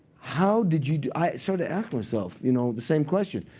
how did you do i sort of asked myself you know the same question.